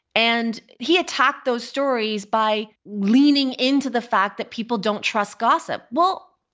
and he attacked those stories by leaning into the fact that people don't trust gossip. well,